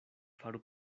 faru